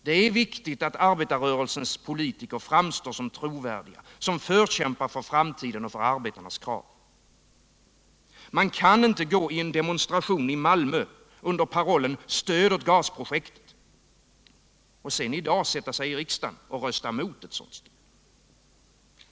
Det är viktigt att arbetarrörelsens politiker framstår som trovärdiga, som förkämpar för framtiden och för arbetarnas krav. Man kan inte gå i en demonstration i Malmö under parollen ”Stöd åt gasprojektet” — och sedan i dag sätta sig i riksdagen och rösta mot ett sådant stöd.